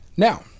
Now